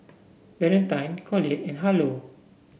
Valentine Colette and Harlow